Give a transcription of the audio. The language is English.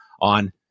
on